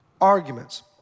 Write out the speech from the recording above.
arguments